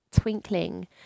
twinkling